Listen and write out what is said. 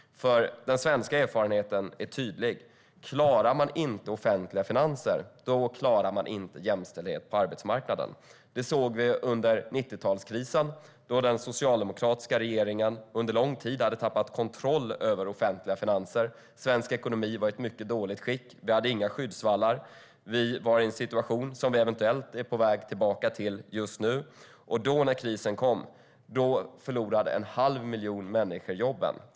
Den svenska erfarenheten är tydlig, nämligen att om man inte klarar de offentliga finanserna klarar man inte jämställdheten på arbetsmarknaden. Det såg vi under 90-talskrisen, då den socialdemokratiska regeringen under lång tid hade tappat kontrollen över de offentliga finanserna. Svensk ekonomi var i mycket dåligt skick, vi hade inga skyddsvallar och vi var i en situation som vi eventuellt är på väg tillbaka till just nu. När krisen kom förlorade en halv miljon människor jobben.